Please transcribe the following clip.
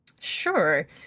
Sure